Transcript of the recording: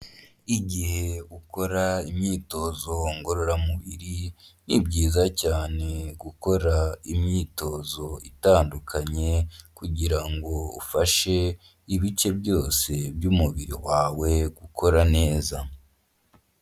Igihe ukora imyitozo ngororamubiri ni byiza cyane gukora imyitozo itandukanye kugira ngo ufashe ibice byose by'umubiri wawe gukora neza.